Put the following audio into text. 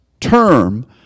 term